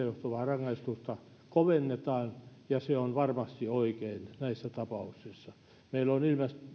johtuvaa rangaistusta kovennetaan ja se on varmasti oikein näissä tapauksissa meillä on